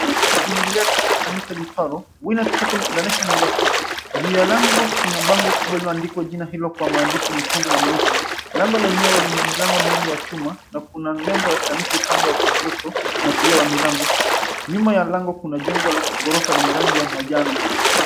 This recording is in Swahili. Lango kuu la kuingilia katika kanisa lililo, Winners Chapel International Mombasa. Juu ya lango kuna bango kubwa lililoandikwa jina hilo kwa maandishi mekundu na meusi. Lango lenyewe lina milango miwili ya chuma na kuna nembo ya kanisa upande wa kushoto na kulia wa milango. Nyuma ya lango kuna jengo la ghorofa lenye rangi ya majano.